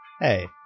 hey